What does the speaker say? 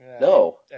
No